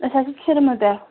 أسۍ حظ چھِ کِھرمہٕ پٮ۪ٹھ